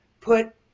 put